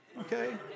Okay